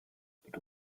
but